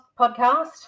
podcast